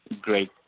great